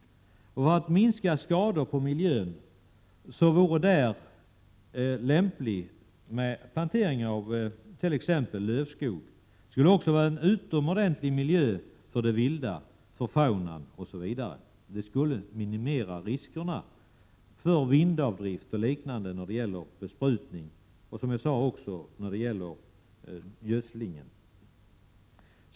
För att minska skador på miljön vore det där lämpligt att plantera t.ex. lövskog. Den skulle vara en utomordentlig miljö för det vilda, för fauna osv. Den skulle minimera riskerna för vindavdrift m.m. när det gäller besprutning och, som jag sade, också när det gäller gödslingen.